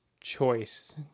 choice